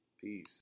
peace